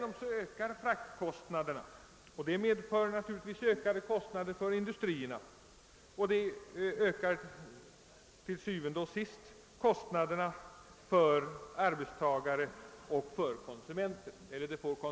Om fraktkostnaderna stiger, medför detta naturligtvis ökade kostnader för industrierna och det får til syvende og sidst konsekvenser för arbetstagare och konsumenter.